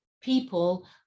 people